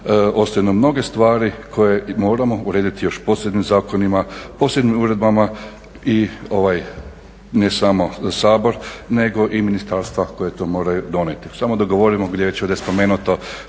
nam mnoge stvari koje moramo urediti još posebnim zakonima, posebnim uredbama i ne samo Sabor nego i ministarstva koja to moraju donijeti. Samo da govorimo gdje je ovdje već spomenuto